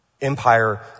Empire